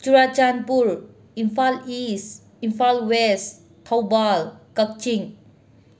Churachandpur Imphal East Imphal West Thoubal Kakching